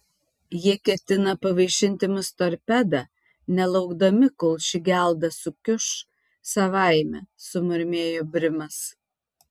jie ketina pavaišinti mus torpeda nelaukdami kol ši gelda sukiuš savaime sumurmėjo brimas